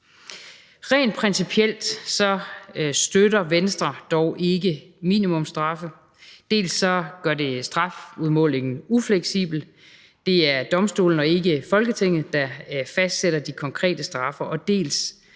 Rent principielt støtter Venstre dog ikke minimumsstraffe. Dels gør det strafudmålingen ufleksibel, da det er domstolene og ikke Folketinget, der fastsætter de konkrete straffe,